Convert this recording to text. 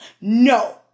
No